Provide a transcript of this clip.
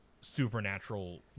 supernatural